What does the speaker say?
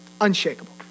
Unshakable